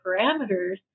parameters